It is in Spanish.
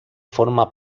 forma